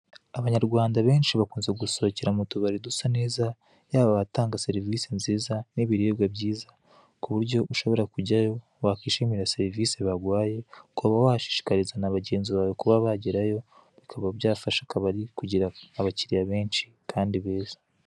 Abanyarwanda benshi bakunze gusohokera mu tubari dusa neza yaba abatanga serivise nziza n'ibiribwa byiza. Kuburyo ushobora kujyayo wakwishimira serivise baguhaye ukaba washishikariza na bagenzi bawe kuba wagerayo, bikaba byafasha akabari kugira abakiliya benshi kandi beza.